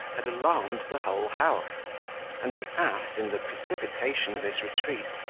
had alarmed the whole house and the ass, in the precipitation of his retreat,